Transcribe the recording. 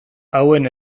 hauen